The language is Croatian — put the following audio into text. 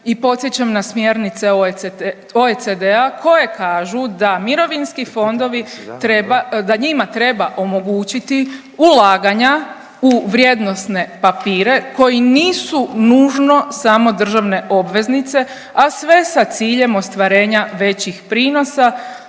i podsjećam na smjernice OECD-a koje kažu da mirovinski fondovi treba, da njima treba omogućiti ulaganja u vrijednosne papire koji nisu nužno samo državne obveznice, a sve sa ciljem ostvarenja većih prinosa